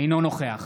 אינו נוכח